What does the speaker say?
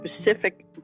specific